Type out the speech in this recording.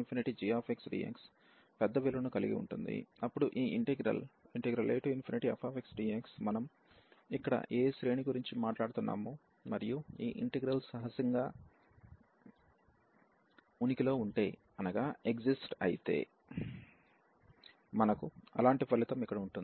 agxdx పెద్ద విలువను కలిగి ఉంటుంది అప్పుడు ఈ ఇంటిగ్రల్ afxdx మనం ఇక్కడ ఏ శ్రేణి గురించి మాట్లాడుతున్నామో మరియు ఈ ఇంటిగ్రల్ సహజంగా ఉనికిలో ఉంటే అనగా exist మనకు అలాంటి ఫలితం ఇక్కడ ఉంటుంది